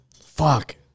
fuck